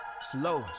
Slow